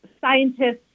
scientists